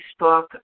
Facebook